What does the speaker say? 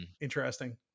interesting